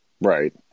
Right